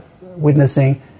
witnessing